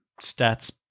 stats